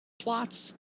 plots